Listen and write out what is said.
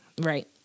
Right